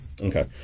okay